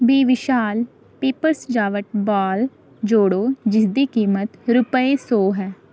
B ਵਿਸ਼ਾਲ papers ਸਜਾਵਟ ball ਜੋੜੋ ਜਿਸ ਦੀ ਕੀਮਤ ਰੁਪਏ ਸੋ ਹੈ